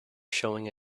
showing